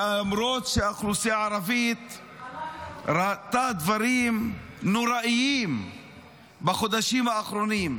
שלמרות שהאוכלוסייה הערבית ראתה דברים נוראיים בחודשים האחרונים,